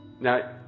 Now